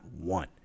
one